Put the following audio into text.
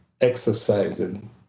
exercising